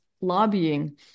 lobbying